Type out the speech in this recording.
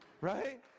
Right